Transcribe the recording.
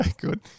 good